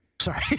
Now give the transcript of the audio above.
Sorry